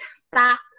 stop